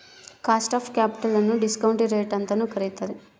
cost of capital ನ್ನು discount rate ಅಂತನು ಕರಿತಾರೆ